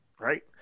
Right